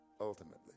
ultimately